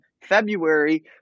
February